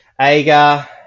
Agar